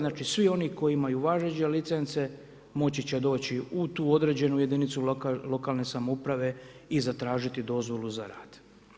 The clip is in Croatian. Znači svi oni koji imaju važeće licence moći će doći u tu određenu jedinicu lokalne samouprave i zatražiti dozvolu za rad.